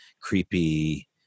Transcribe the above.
creepy